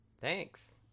Thanks